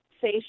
say